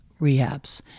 rehabs